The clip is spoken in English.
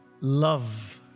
Love